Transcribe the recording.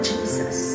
Jesus